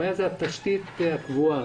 הבעיה היא התשתית הקבועה.